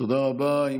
תודה רבה.